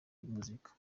muzika